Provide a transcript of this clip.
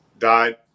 died